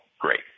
great